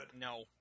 No